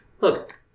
look